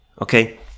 Okay